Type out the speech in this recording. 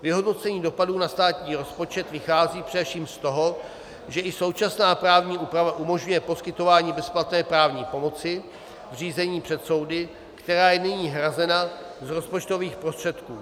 Vyhodnocení dopadů na státní rozpočet vychází především z toho, že i současná právní úprava umožňuje poskytování bezplatné právní pomoci v řízení před soudy, která je nyní hrazena z rozpočtových prostředků.